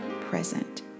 present